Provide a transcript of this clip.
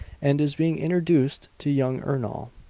and is being introduced to young ernol.